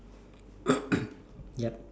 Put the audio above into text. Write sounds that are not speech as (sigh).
(coughs) yup